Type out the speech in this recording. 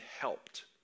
helped